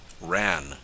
ran